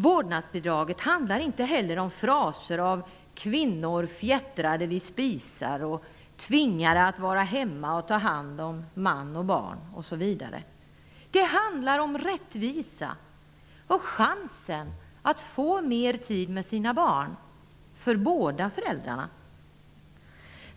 Vårdnadsbidraget handlar inte heller om fraser om kvinnor fjättrade vid spisar, tvingade att vara hemma och ta hand om man och barn osv. Det handlar om rättvisa och chansen att få mer tid med sina barn för båda föräldrarna.